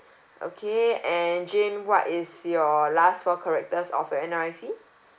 okay and jane what is your last four characters of your N_R_I_C